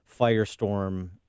firestorm